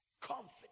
confidence